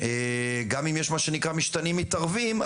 גם אם יש מה שנקרא משתנים מתערבים,